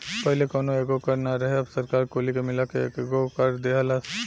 पहिले कौनो एगो कर ना रहे अब सरकार कुली के मिला के एकेगो कर दीहलस